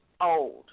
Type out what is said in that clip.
old